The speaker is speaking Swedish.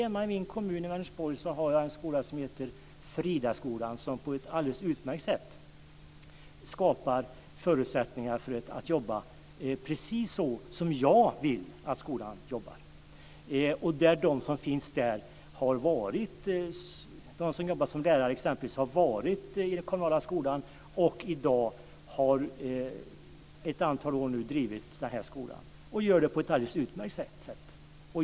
Hemma i min kommun, Vänersborg, finns det en skola som heter Fridaskolan. Den skapar på ett alldeles utmärkt sätt förutsättningar för att man ska kunna jobba precis så som jag vill att skolan jobbar. De som jobbar som lärare där har arbetat i den kommunala skolan, och de har nu under ett antal år drivit denna skola, och de gör det på ett alldeles utmärkt sätt.